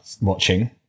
watching